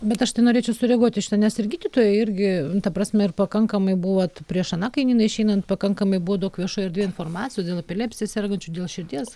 bet aš tai norėčiau sureaguoti nes ir gydytojai irgi ta prasme ir pakankamai buvo vat prieš aną kainyną išeinant pakankamai buvo daug viešoj erdvėj informacijos dėl epilepsija sergančių dėl širdies